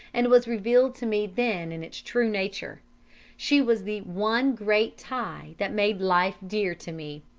and was revealed to me then in its true nature she was the one great tie that made life dear to me.